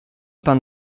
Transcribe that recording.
pan